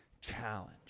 challenge